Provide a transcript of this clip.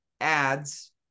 ads